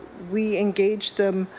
we engaged them